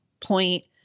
point